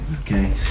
okay